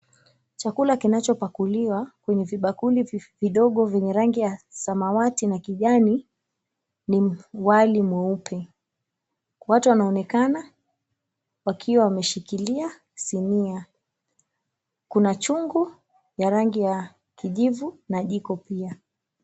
Chakula kinachopakuliwa kwenye vibakuli vidogo vyenye rangi ya samawati na kijani ni wali mweupe, watu wanaonekana wakiwa wameshikilia sinia, kuna chungu ya rangi ya kijivu na jiko pia.